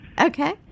Okay